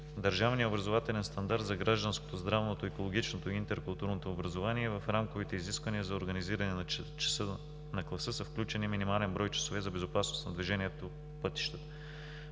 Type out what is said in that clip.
Държавният образователен стандарт за гражданското, здравното, екологичното и интеркултурното образование е в рамковите изисквания за организиране на часа на класа с включени минимален брой часове за безопасност на движението по пътищата.